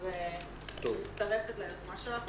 אני מצטרפת ליוזמה שלך.